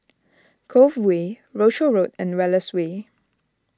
Cove Way Rochor Road and Wallace Way